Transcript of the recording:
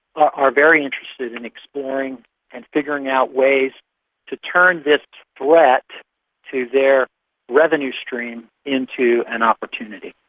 are very interested in exploring and figuring out ways to turn this threat to their revenue stream into an opportunity.